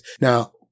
Now